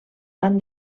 van